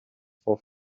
for